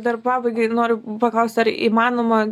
dar pabaigai noriu paklaust ar įmanoma